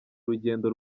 urugendo